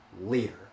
leader